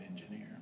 engineer